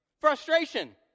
Frustration